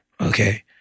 okay